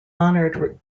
honored